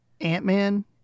Ant-Man